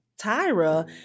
Tyra